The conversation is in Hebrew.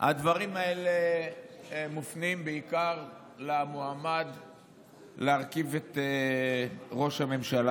הדברים האלה מופנים בעיקר אל המועמד להרכיב את הממשלה.